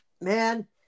man